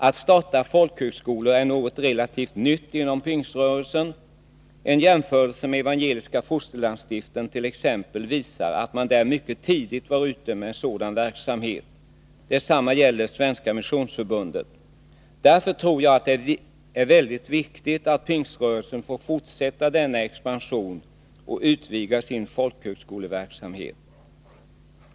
Att starta folkhögskolor är något relativt nytt inom Pingströrelsen. En jämförelse med Evangeliska fosterlandsstiftelsen t.ex. visar att man där mycket tidigt var ute med sådan verksamhet. Detsamma gäller Svenska missionsförbundet. Därför tror jag att det är väldigt viktigt att Pingströrelsen får fortsätta denna expansion och utvidga sin folkhögskoleverksamhet.